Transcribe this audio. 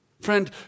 friend